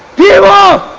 yellow